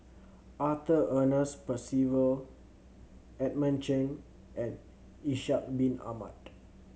Arthur Ernest Percival Edmund Cheng and Ishak Bin Ahmad